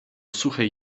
suchej